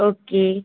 okay